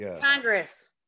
Congress